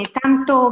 tanto